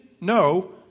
No